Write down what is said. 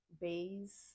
base